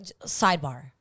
sidebar